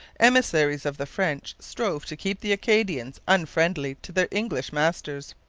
emissaries of the french strove to keep the acadians unfriendly to their english masters.